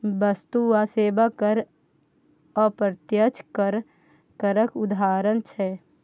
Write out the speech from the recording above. बस्तु आ सेबा कर अप्रत्यक्ष करक उदाहरण छै